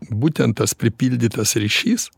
būtent tas pripildytas ryšys